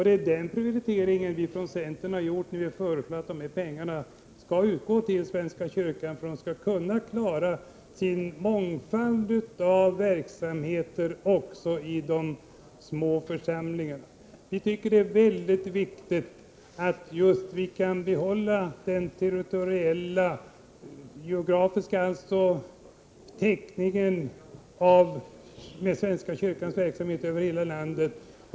Det är den prioriteringen vi från centern har gjort när vi föreslår att dessa pengar skall utgå till svenska kyrkan för att man skall kunna klara sin mångfald av verksamheter också i de små församlingarna. Vi tycker att det är mycket viktigt att vi kan behålla den territoriella, geografiska täckningen — med svenska kyrkans verksamhet över hela landet.